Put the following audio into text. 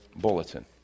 bulletin